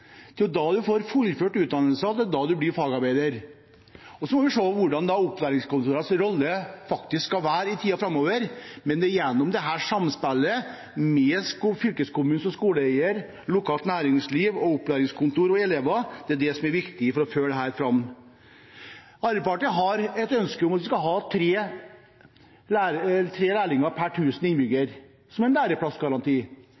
Det er jo da man får fullført utdannelsen, det er da man blir fagarbeider. Vi må se hvordan opplæringskontorenes rolle faktisk skal være i tiden framover, men det er dette samspillet med fylkeskommune og skoleeier, lokalt næringsliv og opplæringskontor og elever som er viktig for å føre dette fram. Arbeiderpartiet har et ønske om at vi skal ha tre